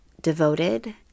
devoted